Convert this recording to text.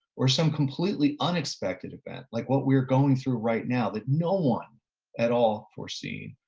or some completely unexpected event like what we're going through right now that no one at all foreseen,